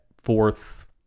fourth